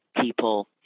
people